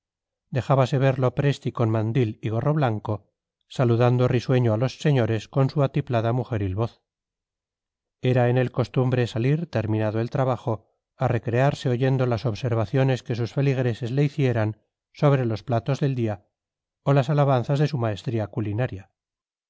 pedían dejábase ver lopresti con mandil y gorro blanco saludando risueño a los señores con su atiplada mujeril voz era en él costumbre salir terminado el trabajo a recrearse oyendo las observaciones que sus feligreses le hicieran sobre los platos del día o las alabanzas de su maestría culinaria